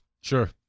Sure